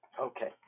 Okay